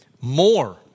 more